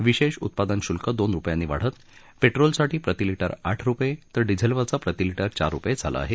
विशेष उत्पादन शुल्क दोन रुपयांनी वाढत पेट्रोलसाठी प्रतिलिटर आठ रुपये तर डिझेलवरचं प्रतिलिटर चार रुपये झालं आहे